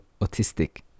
autistic